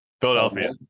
philadelphia